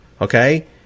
okay